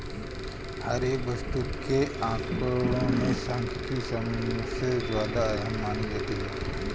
हर एक वस्तु के आंकडों में सांख्यिकी सबसे ज्यादा अहम मानी जाती है